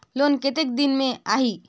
Loan कतेक दिन मे आही?